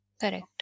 Correct